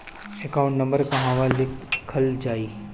Account number कहवा लिखल जाइ?